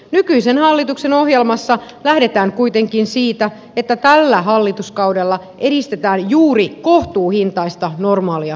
nykyisen hallituksen ohjelmassa lähdetään kuitenkin siitä että tällä hallituskaudella edistetään juuri kohtuuhintaista normaalia asuntotuotantoa